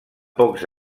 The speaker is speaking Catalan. pocs